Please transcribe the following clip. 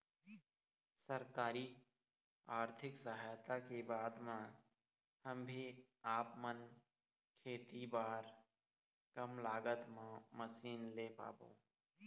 सरकारी आरथिक सहायता के बाद मा हम भी आपमन खेती बार कम लागत मा मशीन ले पाबो?